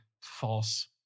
false